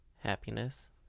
happiness